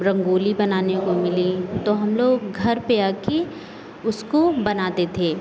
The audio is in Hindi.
रंगोली बनाने को मिली तो हम लोग घर पे आके उसको बनाते थे